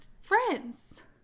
friends